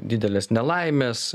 didelės nelaimės